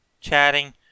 chatting